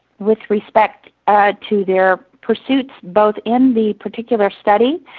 with respect to their pursuits, both in the particular study,